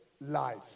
life